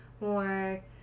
more